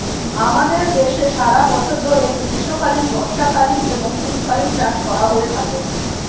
আমাদের দেশে সারা বছর ধরে গ্রীষ্মকালীন, বর্ষাকালীন এবং শীতকালীন চাষ করা হয়ে থাকে